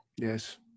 Yes